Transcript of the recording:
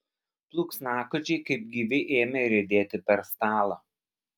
plunksnakočiai kaip gyvi ėmė riedėti per stalą